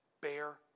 bear